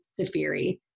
Safiri